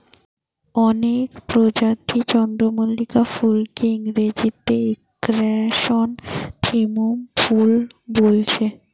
অনেক প্রজাতির চন্দ্রমল্লিকা ফুলকে ইংরেজিতে ক্র্যাসনথেমুম ফুল বোলছে